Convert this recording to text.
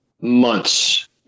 Months